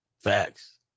Facts